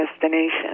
destination